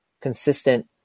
consistent